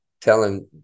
telling